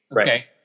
Okay